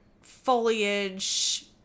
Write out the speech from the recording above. foliage